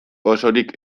osorik